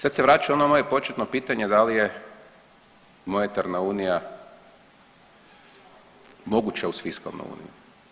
Sad se vraća ono moje početno pitanje da li je monetarna unija moguća uz fiskalnu uniju?